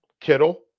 Kittle